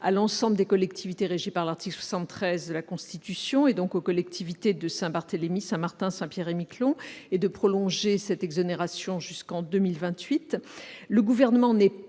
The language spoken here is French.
à l'ensemble des collectivités régies par l'article 73 de la Constitution ainsi qu'aux collectivités de Saint-Barthélemy, de Saint-Martin et de Saint-Pierre-et-Miquelon et de prolonger cette exonération jusqu'en 2028.